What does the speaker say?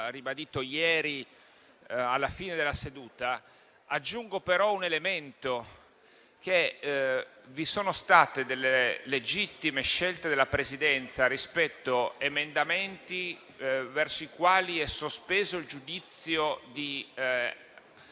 già ribadito ieri alla fine della seduta, aggiungo un elemento. Vi sono state delle legittime scelte della Presidenza rispetto ad emendamenti verso i quali è sospeso il giudizio di